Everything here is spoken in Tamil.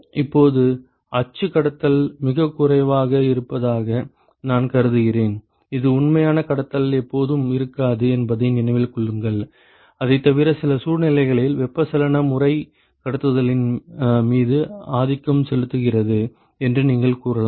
இப்போது அச்சு கடத்தல் மிகக் குறைவாக இருப்பதாக நான் கருதுகிறேன் இது உண்மையான கடத்தல் எப்போதும் இருக்காது என்பதை நினைவில் கொள்ளுங்கள் அதைத் தவிர சில சூழ்நிலைகளில் வெப்பச்சலன முறை கடத்துதலின் மீது ஆதிக்கம் செலுத்துகிறது என்று நீங்கள் கூறலாம்